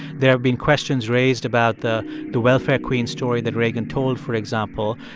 there have been questions raised about the the welfare queen story that reagan told, for example.